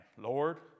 Lord